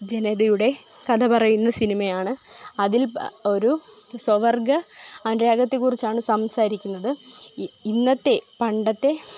ജനതയുടെ കഥ പറയുന്ന സിനിമ ആണ് അതിൽ ഒരു സ്വവർഗ്ഗ അനുരാഗത്തെ കുറിച്ചാണ് സംസാരിക്കുന്നത് ഇ ഇന്നത്തെ പണ്ടത്തെ